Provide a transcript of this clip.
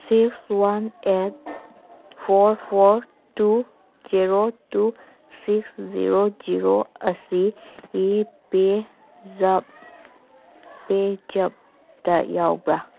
six one eight four four two zero two six zero zero ꯑꯁꯤ ꯄꯦꯖꯞ ꯄꯦꯖꯞꯇ ꯌꯥꯎꯕ꯭ꯔꯥ